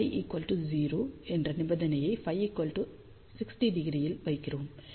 ψ 0 என்ற நிபந்தனையை Φ 60° இல் வைக்கிறோம்